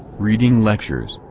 reading lectures,